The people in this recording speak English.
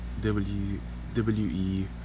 WWE